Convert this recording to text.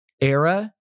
era